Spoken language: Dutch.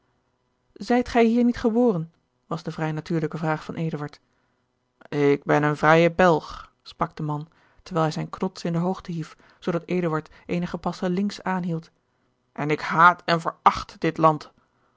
zijt gij hier niet geboren was de vrij natuurlijke vraag van eduard ik ben een vrije belg sprak de man terwijl hij zijne knods in de hoogte hief zoodat eduard eenige passen links aanhield en ik haat en veracht dit land